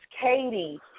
Katie